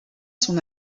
son